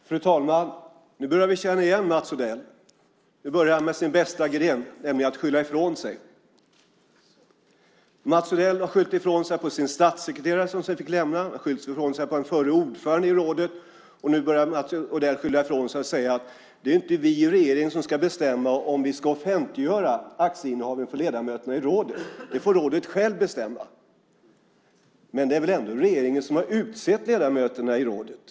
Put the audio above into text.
Fru talman! Nu börjar vi känna igen Mats Odell. Nu börjar han med sin bästa gren, nämligen att skylla ifrån sig. Mats Odell har skyllt ifrån sig på sin statssekreterare som sedan fick lämna. Han har även skyllt ifrån sig på förra ordföranden i rådet. Nu börjar Mats Odell skylla ifrån sig med att säga: Det är inte vi i regeringen som ska bestämma om vi ska offentliggöra rådsledamöternas aktieinnehav: det får rådet självt bestämma. Men det är väl ändå regeringen som har utsett ledamöterna i rådet.